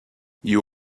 you